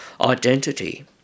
identity